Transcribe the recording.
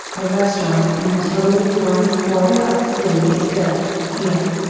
a restaurant in a totally foreign quarter of a city is good, here.